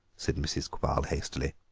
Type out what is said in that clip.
said mrs. quabarl hastily.